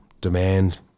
demand